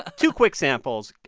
ah two quick samples.